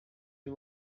you